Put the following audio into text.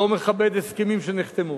לא מכבד הסכמים שנחתמו